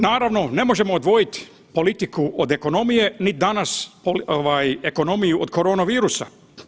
Naravno, ne možemo odvojiti politiku od ekonomije ni danas ekonomiju od korona virusa.